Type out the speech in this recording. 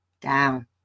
down